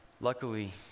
Luckily